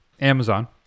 Amazon